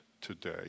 today